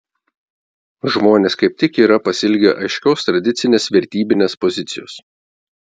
žmonės kaip tik yra pasiilgę aiškios tradicinės vertybinės pozicijos